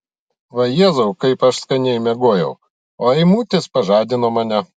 vajezau kaip aš skaniai miegojau o eimutis pažadino mane